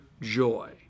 joy